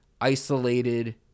isolated